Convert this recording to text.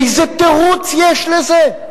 איזה תירוץ יש לזה?